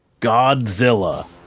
Godzilla